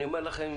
אני אומר לכם,